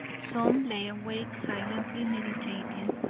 some lay awake silently meditating,